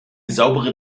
saubere